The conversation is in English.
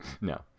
no